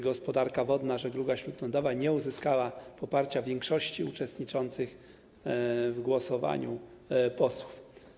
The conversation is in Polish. Gospodarka wodna, żegluga śródlądowa nie uzyskały poparcia większości uczestniczących w głosowaniu posłów.